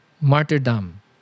martyrdom